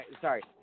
sorry